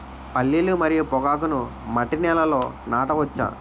పల్లీలు మరియు పొగాకును మట్టి నేలల్లో నాట వచ్చా?